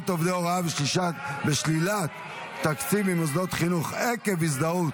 עובדי הוראה ושלילת תקציב ממוסדות חינוך עקב הזדהות